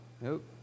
Nope